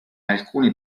alcune